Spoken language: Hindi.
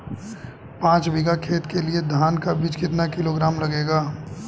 पाँच बीघा खेत के लिये धान का बीज कितना किलोग्राम लगेगा?